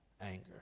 anger